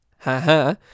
haha